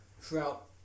throughout